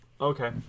Okay